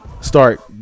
start